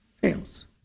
fails